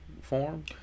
form